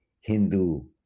Hindu